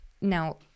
now